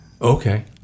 Okay